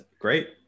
great